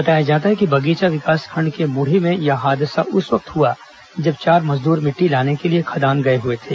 बताया जाता है कि बगीचा विकासखंड के मुढी में यह हादसा उस वक्त हुआ जब चार मजदूर मिट्टी लाने के लिए खदान गए हुए थे